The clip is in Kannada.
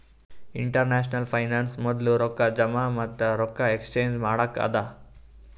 ಇಂಟರ್ನ್ಯಾಷನಲ್ ಫೈನಾನ್ಸ್ ಮೊದ್ಲು ರೊಕ್ಕಾ ಜಮಾ ಮತ್ತ ರೊಕ್ಕಾ ಎಕ್ಸ್ಚೇಂಜ್ ಮಾಡಕ್ಕ ಅದಾ